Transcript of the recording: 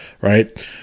right